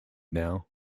now